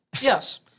Yes